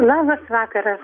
labas vakaras